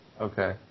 Okay